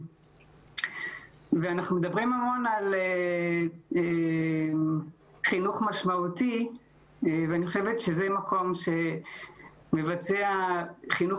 אנחנו מדברים המון על חינוך משמעותי ואני חושבת שזה מקום שמבצע חינוך